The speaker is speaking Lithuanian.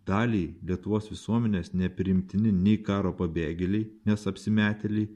daliai lietuvos visuomenės nepriimtini nei karo pabėgėliai nes apsimetėliai